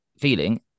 feeling